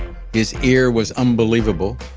his ear was unbelievable.